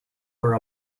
for